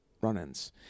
run-ins